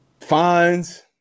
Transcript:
Fines